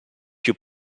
più